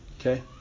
Okay